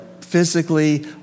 physically